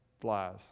flies